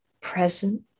present